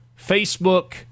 Facebook